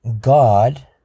God